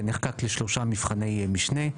שנחלק לשלושה מבחני משנה.